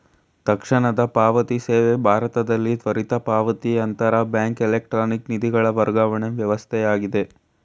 ತಕ್ಷಣದ ಪಾವತಿ ಸೇವೆ ಭಾರತದಲ್ಲಿ ತ್ವರಿತ ಪಾವತಿ ಅಂತರ ಬ್ಯಾಂಕ್ ಎಲೆಕ್ಟ್ರಾನಿಕ್ ನಿಧಿಗಳ ವರ್ಗಾವಣೆ ವ್ಯವಸ್ಥೆಯಾಗಿದೆ